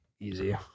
Easy